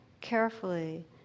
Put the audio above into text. carefully